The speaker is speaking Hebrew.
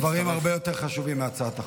אמרת דברים הרבה יותר חשובים מהצעת החוק.